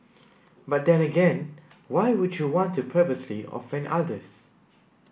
but then again why would you want to purposely offend others